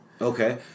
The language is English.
Okay